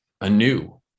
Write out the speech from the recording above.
anew